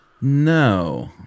No